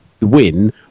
win